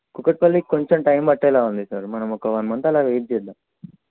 కూకట్పల్లి కొంచెం టైమ్ పట్టేలాగా ఉంది సార్ మనం ఒక వన్ మంత్ అలా వెయిట్ చేద్దాం